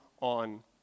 on